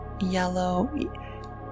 yellow